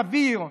סביר,